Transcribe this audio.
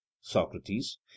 Socrates